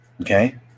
Okay